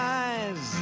eyes